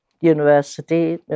University